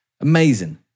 Amazing